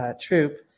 troop